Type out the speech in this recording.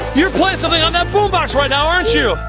and boombox right now, aren't you?